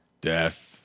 death